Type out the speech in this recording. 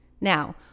Now